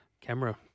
camera